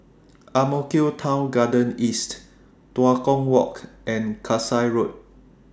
Ang Mo Kio Town Garden East Tua Kong Walk and Kasai Road